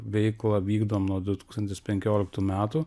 veiklą vykdom nuo du tūkstantis penkioliktų metų